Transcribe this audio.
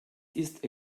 ist